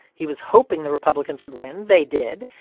he was hoping the republicans would win. they did.